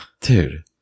Dude